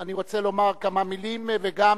אני רוצה לומר כמה מלים וגם,